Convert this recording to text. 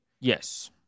Yes